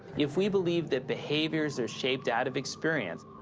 if we believe that behaviors are shaped out of experience,